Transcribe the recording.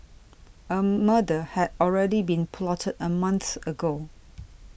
a murder had already been plotted a month ago